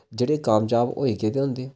जेह्ड़े कामजाब होई गेदे होंदे